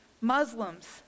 Muslims